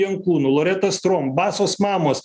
jankūnu loreta strom basos mamos